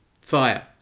fire